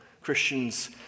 Christians